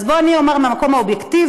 אז בואי, אני אומר מהמקום האובייקטיבי